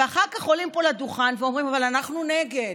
ואחר כך עולים פה לדוכן ואומרים: אבל אנחנו נגד,